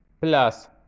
plus